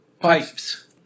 pipes